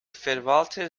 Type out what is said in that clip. verwalter